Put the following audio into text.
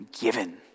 given